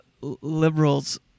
liberals